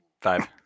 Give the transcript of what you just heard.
Five